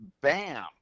bam